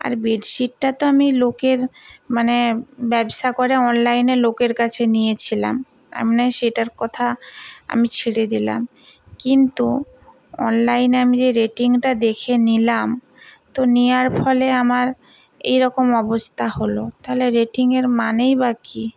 আর বেডশিটটা তো আমি লোকের মানে ব্যবসা করে অনলাইনে লোকের কাছে নিয়েছিলাম আমি নয় সেটার কথা আমি ছেড়ে দিলাম কিন্তু অনলাইনে আমি যে রেটিংটা দেখে নিলাম তো নেওয়ার ফলে আমার এই রকম অবস্থা হলো তাহলে রেটিংয়ের মানেই বা কী